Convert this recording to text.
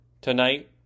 tonight